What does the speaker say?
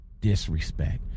disrespect